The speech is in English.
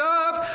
up